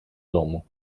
domu